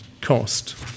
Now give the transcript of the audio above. cost